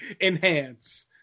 Enhance